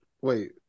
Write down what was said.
Wait